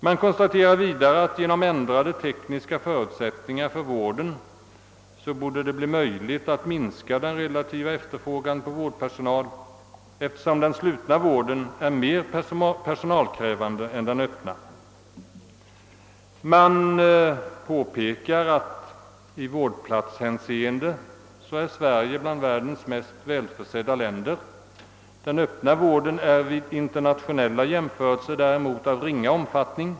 Man konstaterar vidare: »Genom ändrade tekniska förutsättningar för vården borde det bli möjligt att minska den relativa efterfrågan på vårdpersonal eftersom den slutna vården är mer personalkrävande än den öppna.» I det följande skriver man också: »I vårdplatshänseende är Sverige bland världens mest välförsedda länder. Den öppna vården är vid internationella jämförelser däremot av ringa omfattning.